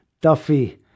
Duffy